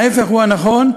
ההפך הוא הנכון.